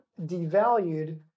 devalued